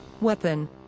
weapon